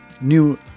New